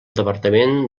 departament